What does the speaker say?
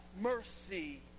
mercy